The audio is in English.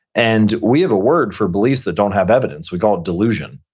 and we have a word for beliefs that don't have evidence. we call it delusion.